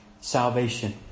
salvation